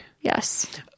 Yes